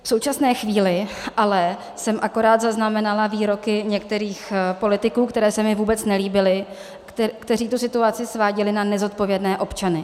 V současné chvíli jsem ale akorát zaznamenala výroky některých politiků, které se mi vůbec nelíbily, kteří tu situaci sváděli na nezodpovědné občany.